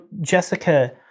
Jessica